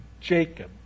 Jacob